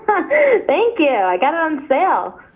thank you, i got it on sale.